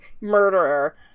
murderer